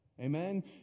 Amen